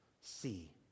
see